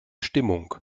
stimmung